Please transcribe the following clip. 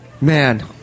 man